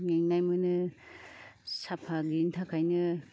मेंनाय मोनो साफा गोयैनि थाखायनो